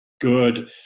good